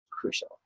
crucial